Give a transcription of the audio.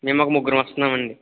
మేము ఒక ముగ్గురం వస్తున్నాము అండి